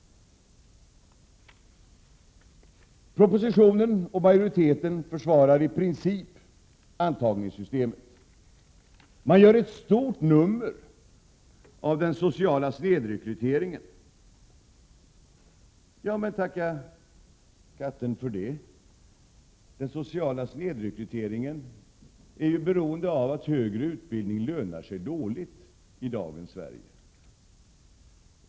Regeringen och majoriteten försvarar i princip antagningssystemet. Man gör ett stort nummer av den sociala snedrekryteringen. Men tacka katten för det. Den sociala snedrekryteringen beror ju på att högre utbildning lönar sig dåligt i dagens Sverige.